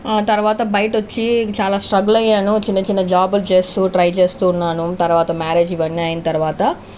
తర్వాత బయట వచ్చి చాలా స్ట్రగుల్ అయ్యాను చిన్న చిన్న జాబులు చేస్తూ ట్రై చేస్తూ ఉన్నాను తర్వాత మ్యారేజ్ ఇవన్నీ అయిన తర్వాత